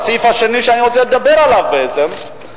הסעיף השני שאני רוצה לדבר עליו הוא הסיפור